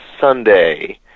Sunday